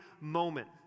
moment